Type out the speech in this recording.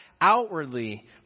outwardly